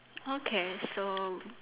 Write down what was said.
okay so